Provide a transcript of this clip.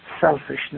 Selfishness